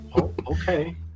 Okay